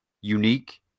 unique